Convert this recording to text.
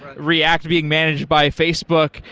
react being managed by facebook,